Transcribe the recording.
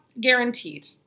guaranteed